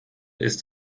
ist